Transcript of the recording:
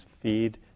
feed